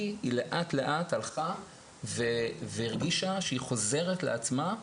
היא לאט-לאט הלכה והרגישה שהיא חוזרת לעצמה,